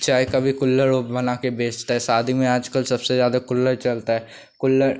चाय के भी कुल्हड़ बनाकर बेचता है शादी में आजकल सबसे ज़्यादा कुल्हड़ चलता है कुलल्ड